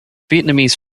vietnamese